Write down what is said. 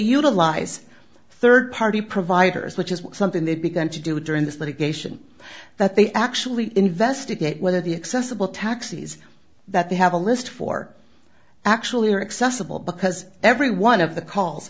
utilize third party providers which is something they've begun to do during this litigation that they actually investigate whether the excessive bill taxes that they have a list for actually are accessible because every one of the calls